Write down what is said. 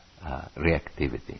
reactivity